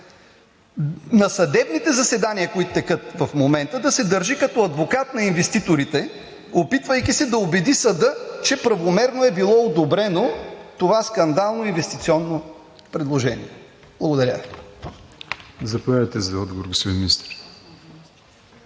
на съдебните заседания, които текат в момента, да се държи като адвокат на инвеститорите, опитвайки се да убеди съда, че правомерно е било одобрено това скандално инвестиционно предложение? Благодаря